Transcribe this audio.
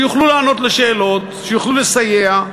שיוכלו לענות על שאלות, שיוכלו לסייע,